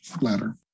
ladder